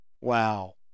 Wow